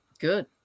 Good